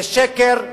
זה שקר,